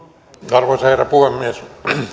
arvoisa herra puhemies